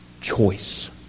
choice